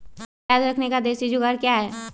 प्याज रखने का देसी जुगाड़ क्या है?